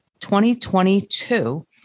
2022